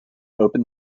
open